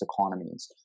economies